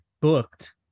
booked